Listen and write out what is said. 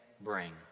bring